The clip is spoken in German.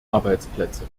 arbeitsplätze